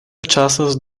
ĉasas